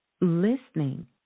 listening